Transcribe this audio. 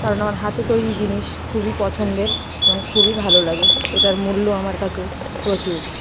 কারণ আমার হাতে তৈরি জিনিস খুবই পছন্দের এবং খুবই ভালো লাগে এটার মূল্য আমার কাছে প্রচুর